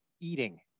eating